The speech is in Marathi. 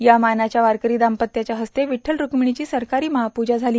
या मानाच्या वारकरी दाम्पत्याच्या इस्ते विठुठल सक्मणीची सरकारी महापूजा झाली